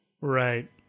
Right